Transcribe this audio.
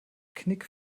knick